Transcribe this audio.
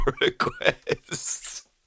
requests